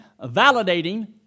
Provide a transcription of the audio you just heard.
validating